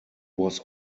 was